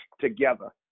together